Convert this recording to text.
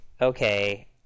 okay